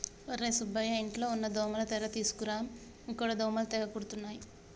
ఒర్రే సుబ్బయ్య ఇంట్లో ఉన్న దోమల తెర తీసుకురా ఇక్కడ దోమలు తెగ కుడుతున్నాయి